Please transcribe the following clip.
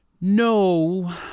No